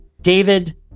David